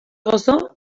gozo